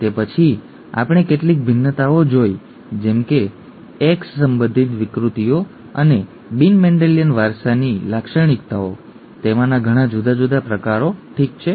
તે પછી આપણે કેટલીક ભિન્નતાઓ જોઈ જેમ કે X સંબંધિત વિકૃતિઓ અને બિન મેન્ડેલિયન વારસાની લાક્ષણિકતાઓ તેમાંના ઘણા જુદા જુદા પ્રકારો ઠીક છે